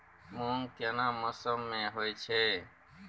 मूंग केना मौसम में होय छै?